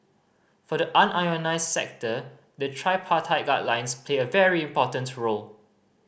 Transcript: for the unionised sector the tripartite guidelines play a very important role